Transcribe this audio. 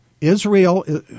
Israel